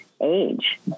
age